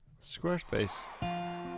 Squarespace